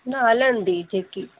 न हलंदी जेकी